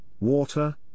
Water